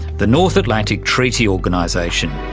the north atlantic treaty organisation.